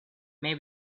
may